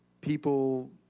people